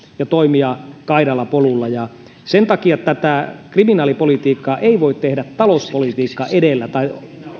ja toimia kaidalla polulla sen takia tätä kriminaalipolitiikkaa ei voi tehdä talouspolitiikka edellä tai